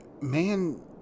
Man